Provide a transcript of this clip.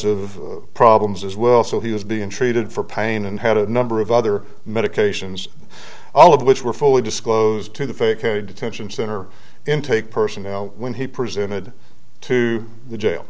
of problems as well so he was being treated for pain and had a number of other medications all of which were fully disclosed to the fake a detention center intake person when he presented to the jail